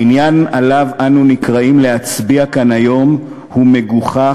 העניין שעליו אנו נקראים להצביע כאן היום הוא מגוחך.